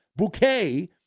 Bouquet